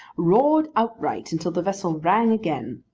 roared outright until the vessel rang again.